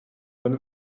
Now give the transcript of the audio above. pan